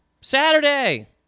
Saturday